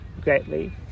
greatly